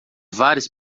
várias